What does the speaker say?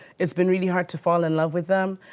it's been really hard to fall in love with them.